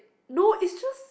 no it's just